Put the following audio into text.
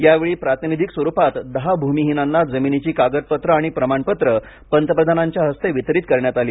या वेळी प्रातिनिधिक स्वरुपात दहा भूमिहीनांना जमिनीची कागदपत्रं आणि प्रमाणपत्रं पंतप्रधानांच्या हस्ते वितरीत करण्यात आली